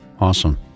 Awesome